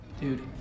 Dude